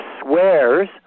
swears